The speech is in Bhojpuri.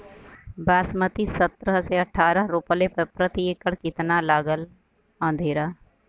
बासमती सत्रह से अठारह रोपले पर प्रति एकड़ कितना लागत अंधेरा?